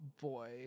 boy